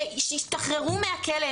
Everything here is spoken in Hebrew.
שהשתחררו מהכלא,